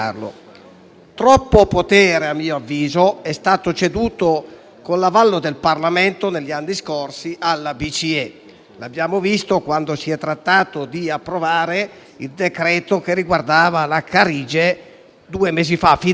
Troppo potere, a mio avviso, è stato ceduto con l'avallo del Parlamento negli anni scorsi alla BCE; l'abbiamo visto quando si è trattato di approvare il decreto che riguardava la Banca Carige due mesi fa. Troppo